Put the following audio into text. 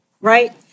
Right